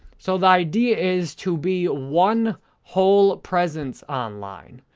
so, the idea is to be one whole presence online,